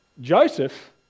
Joseph